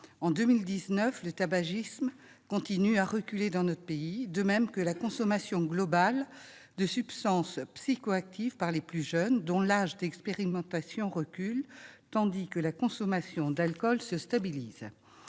En 2019, le tabagisme continue à reculer dans notre pays, de même que la consommation globale de substances psychoactives par les plus jeunes, dont l'âge d'expérimentation recule, tandis que la consommation d'alcool se stabilise.